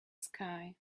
sky